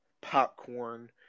popcorn